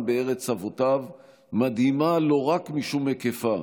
בארץ אבותיו מדהימה לא רק משום היקפה